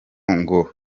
ngo